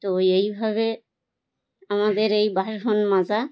তো এই ভাবে আমাদের এই বাসন মাজা